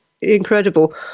incredible